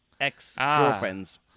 ex-girlfriends